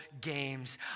games